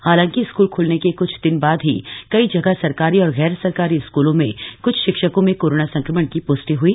हालांकि स्कूल ख्लने के क्छ दिन बाद ही कई जगह सरकारी और गैरसरकारी स्कूलों में क्छ शिक्षकों में कोरोना संक्रमण की प्ष्टि हई